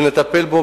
שנטפל בו,